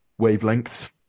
wavelengths